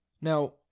now